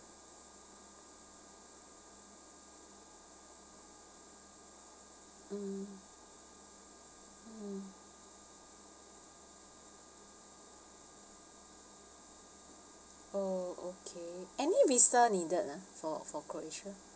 mm hmm oh okay any vista needed ah for for croatia